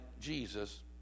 jesus